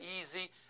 easy